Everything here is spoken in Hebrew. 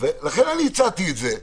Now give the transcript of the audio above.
לכן הצעתי את זה.